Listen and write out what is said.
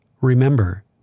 Remember